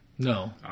No